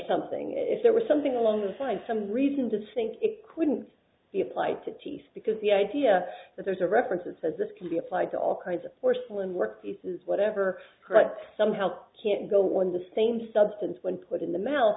something if there was something along those lines some reason to think it couldn't be applied to ts because the idea that there's a reference that says this can be applied to all kinds of porcelain workpieces whatever but somehow can't go on the same substance when put in the m